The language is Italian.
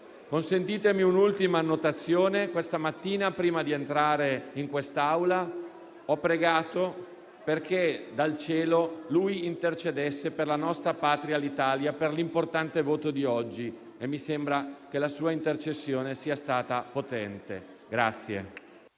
Consentitemi un'ultima annotazione. Questa mattina, prima di entrare in quest'Aula, ho pregato perché dal cielo lui intercedesse per la nostra Patria, l'Italia, per l'importante voto di oggi e mi sembra che la sua intercessione sia stata potente.